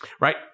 Right